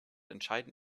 entscheiden